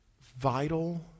vital